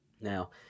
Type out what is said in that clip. Now